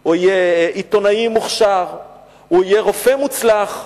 או יהיה עיתונאי מוכשר או יהיה רופא מוצלח,